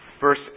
Verse